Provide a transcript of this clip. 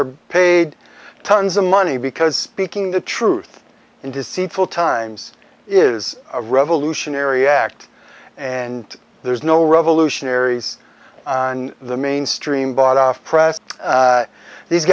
are paid tons of money because speaking the truth in deceitful times is a revolutionary act and there's no revolutionaries in the mainstream bought press these